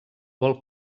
vol